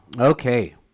Okay